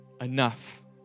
enough